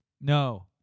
No